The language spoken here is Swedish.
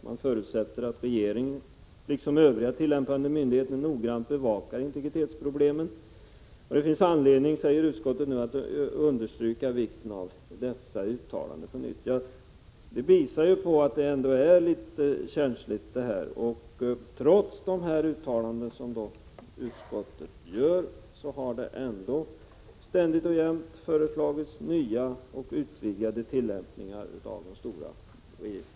Man förutsätter att regeringen, liksom övriga tillämpande myndigheter, noggrant bevakar integritetsproblemen. Det finns anledning, säger utskottet, att på nytt understryka vikten av dessa uttalanden. Det visar ändå att detta är ganska känsligt. Trots de uttalanden som utskottet gör har det ständigt och jämt föreslagits nya och utvidgade tillämpningar av de stora registren.